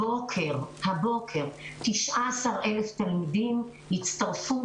הבוקר 19,000 תלמידים הצטרפו,